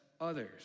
others